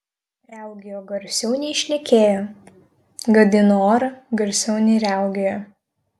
riaugėjo garsiau nei šnekėjo gadino orą garsiau nei riaugėjo